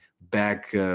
back